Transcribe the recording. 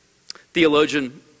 Theologian